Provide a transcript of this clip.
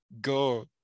go